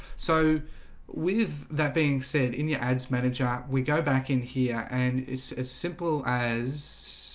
so with that being said in your ads manager we go back in here and it's as simple as